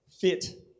fit